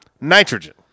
Nitrogen